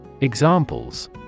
Examples